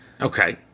Okay